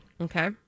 Okay